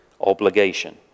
obligation